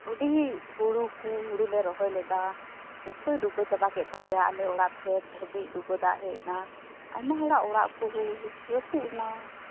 ᱦᱩᱰᱤᱧᱤᱡ ᱦᱩᱲᱩ ᱠᱚ ᱦᱩᱲᱩ ᱞᱮ ᱨᱚᱦᱚᱭ ᱞᱮᱫᱟ ᱡᱚᱛᱚᱭ ᱰᱩᱵᱟᱹ ᱪᱟᱵᱟ ᱠᱮᱫ ᱛᱟᱞᱮᱭᱟ ᱟᱞᱮᱭᱟᱜ ᱚᱲᱟᱜ ᱯᱷᱮᱰ ᱫᱷᱟᱹᱵᱤᱡ ᱰᱩᱵᱟᱹ ᱫᱟᱜ ᱦᱮᱡᱽ ᱮᱱᱟ ᱟᱭᱢᱟ ᱦᱚᱲᱟᱜ ᱚᱲᱟᱜ ᱠᱚ ᱨᱟᱹᱯᱩᱫ ᱮᱱᱟ